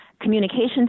communications